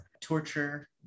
Torture